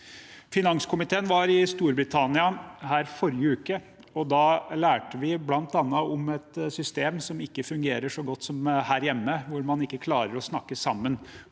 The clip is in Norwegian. Finanskomiteen var i Storbritannia i forrige uke, og da lærte vi bl.a. om et system som ikke fungerer så godt som her hjemme, hvor man ikke klarer å snakke sammen